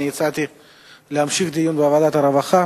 אני הצעתי להמשיך את הדיון בוועדת הרווחה,